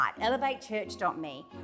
elevatechurch.me